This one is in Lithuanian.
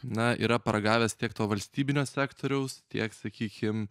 na yra paragavęs tiek to valstybinio sektoriaus tiek sakykim